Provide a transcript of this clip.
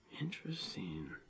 interesting